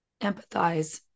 empathize